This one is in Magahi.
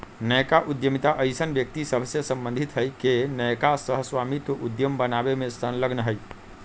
नयका उद्यमिता अइसन्न व्यक्ति सभसे सम्बंधित हइ के नयका सह स्वामित्व उद्यम बनाबे में संलग्न हइ